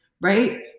right